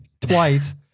twice